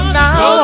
now